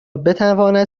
بتواند